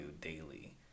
daily